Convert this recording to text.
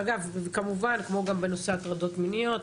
אגב כמובן כמו בנושא הטרדות מיניות,